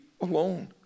alone